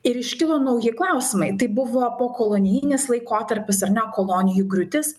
ir iškilo nauji klausimai tai buvo pokolonijinis laikotarpis ar ne kolonijų griūtis